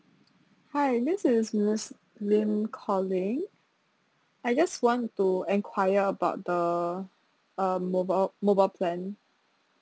hi this is miss lim calling I just want to enquire about the um mobile mobile plan